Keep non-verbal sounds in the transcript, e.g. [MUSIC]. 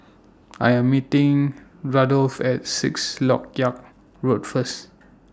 I Am meeting Randolph At Sixth Lok Yang Road First [NOISE]